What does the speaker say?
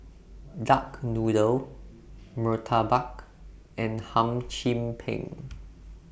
Duck Noodle Murtabak and Hum Chim Peng